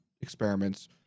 experiments